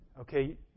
okay